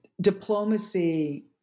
diplomacy